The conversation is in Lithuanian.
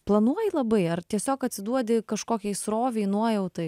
planuoji labai ar tiesiog atsiduodi kažkokiai srovei nuojautai